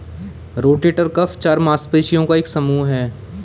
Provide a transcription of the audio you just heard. rotator cuff चार मांसपेशियों का एक समूह है